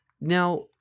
Now –